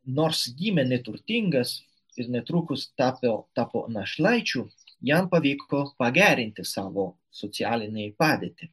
nors gimė neturtingas ir netrukus tapo tapo našlaičiu jam pavyko pagerinti savo socialinę padėtį